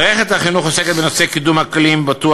מערכת החינוך עוסקת בקידום אקלים בטוח